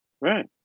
right